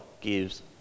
gives